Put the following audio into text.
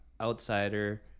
outsider